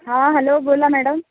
हां हॅलो बोला मॅडम